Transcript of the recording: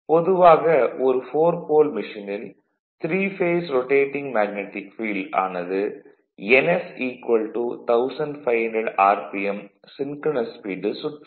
பொதுவாக ஒரு 4 போல் மெஷினில் 3 பேஸ் ரொடேடிங் மேக்னடிக் ஃபீல்டு ஆனது ns 1500 RPM சின்க்ரனஸ் ஸ்பீடில் சுற்றும்